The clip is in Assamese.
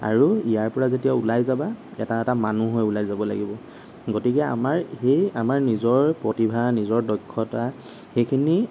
আৰু ইয়াৰ পৰা যেতিয়া ওলাই যাবা এটা এটা মানুহ হৈ ওলাই যাব লাগিব গতিকে আমাৰ সেই আমাৰ নিজৰ প্ৰতিভা নিজৰ দক্ষতা সেইখিনি